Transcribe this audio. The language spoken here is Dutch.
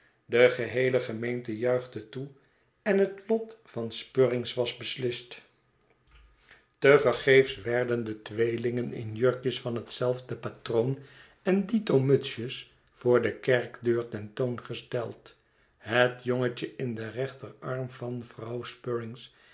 de geheele gemeente juichte toe en het lot van spruggins was beslist te vergeefs werden de tweelingen in jurkjes van hetzelfde patroon en dito mutsjes voor de kerkdeur tentoongesteld het jongentje in den rechterarm van vrouw